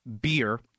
beer